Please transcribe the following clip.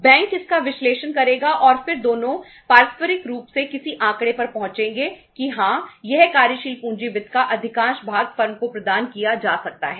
bank इसका विश्लेषण करेगा और फिर दोनों पारस्परिक रूप से किसी आंकड़े पर पहुंचेंगे कि हां यह कार्यशील पूंजी वित्त का अधिकांश भाग फर्म को प्रदान किया जा सकता है